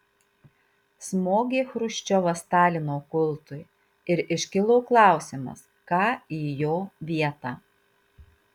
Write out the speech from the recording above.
smogė chruščiovas stalino kultui ir iškilo klausimas ką į jo vietą